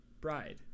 bride